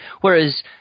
Whereas